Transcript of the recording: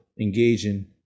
engaging